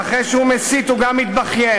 ואחרי שהוא מסית הוא גם מתבכיין.